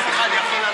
סליחה, אני יכול,